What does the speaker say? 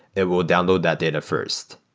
it will download that data first.